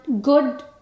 good